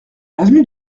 avenue